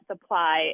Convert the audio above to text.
supply